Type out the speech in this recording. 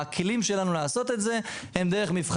הכלים שלנו לעשות את זה הם דרך מבחן